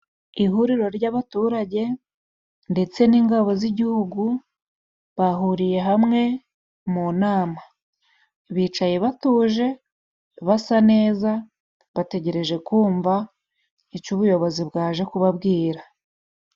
Ihuriro ry'abaturage ndetse n'ingabo z'igihugu bahuriye hamwe mu nama bicaye batuje basa neza bategereje kumva icyo ubuyobozi bwaje kubabwira.